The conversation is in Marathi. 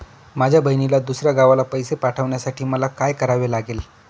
माझ्या बहिणीला दुसऱ्या गावाला पैसे पाठवण्यासाठी मला काय करावे लागेल?